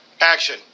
Action